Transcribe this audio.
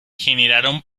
generaron